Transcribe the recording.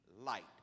light